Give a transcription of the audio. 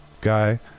guy